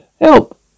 Help